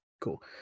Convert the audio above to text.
Cool